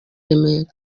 remera